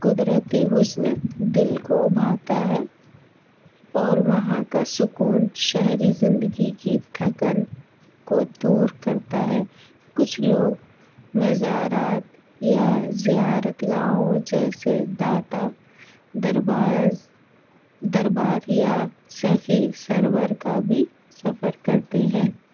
قدرتی حسن دل کو بھاتا ہے اور وہاں کا سکون شہری زندگی کی تھکن کو دور کرتا ہے کچھ لوگ مزارات یا زیارت گاہوں جیسے داتا درباز دربار یا سخی سرور کا بھی سفر کرتے ہیں